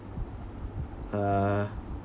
uh